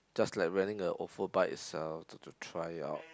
just like renting a Ofo Bike itself to try it out